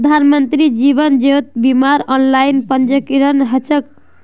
प्रधानमंत्री जीवन ज्योति बीमार ऑनलाइन पंजीकरण ह छेक